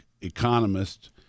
Economist